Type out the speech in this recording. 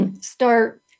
start